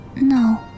No